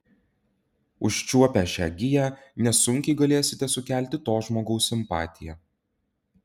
užčiuopę šią giją nesunkiai galėsite sukelti to žmogaus simpatiją